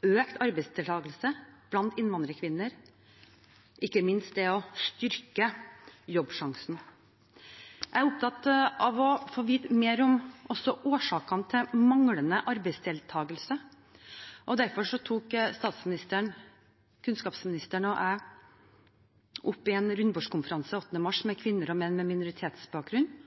og økt arbeidsdeltakelse blant innvandrerkvinner, ikke minst det å styrke Jobbsjansen. Jeg er opptatt av å få vite mer om årsakene til manglende arbeidsdeltakelse. Derfor tok statsministeren, kunnskapsministeren og jeg i en rundebordskonferanse 8. mars med kvinner og menn med minoritetsbakgrunn